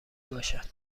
باشد